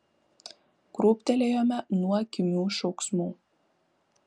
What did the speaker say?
krūptelėjome nuo kimių šauksmų